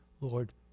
Lord